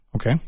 Okay